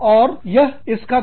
और यह इसका दोष हो सकता है